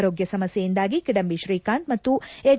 ಆರೋಗ್ಯ ಸಮಸ್ಯಯಿಂದಾಗಿ ಕಿಡಂಬಿ ಶ್ರೀಕಾಂತ್ ಮತ್ತು ಎಚ್